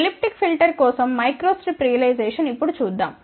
elliptic filter కోసం microstrip realisation ఇప్పుడు చూద్దాం